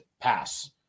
pass